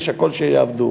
ויש הכול כדי שיעבדו.